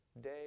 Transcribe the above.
day